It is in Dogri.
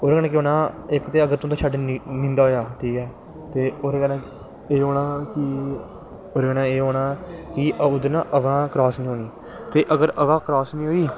ओह्दै नै केह् होनां कि अगर थुहाड़ा शैड्ड नींदा होया ठीक ऐ ते ओह्दै कन्नै कि ओह्दै कन्नै एह् होना कि ओह्दै नै हवा क्रास नी होनीं ते अगर हवा क्रास नी होई